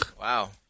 Wow